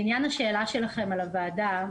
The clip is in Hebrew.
לעניין השאלה שלכם על הוועדה,